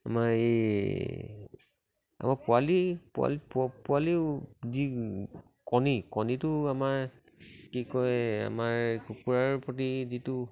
আমাৰ এই আমাৰ পোৱালি পোৱালি পোৱালিও যি কণী কণীটো আমাৰ কি কয় আমাৰ কুকুৰাৰ প্ৰতি যিটো